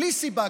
בלי סיבה.